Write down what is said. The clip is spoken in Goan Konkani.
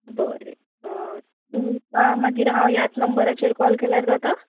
बरें तुमकां हांव मागीर ह्याच नंबराचेर कॉल केल्यार जातां